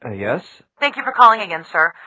and yes. thank you for calling again sir.